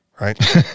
right